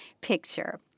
picture